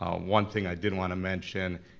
um one thing i did wanna mention,